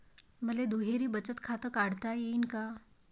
मले दुहेरी बचत खातं काढता येईन का?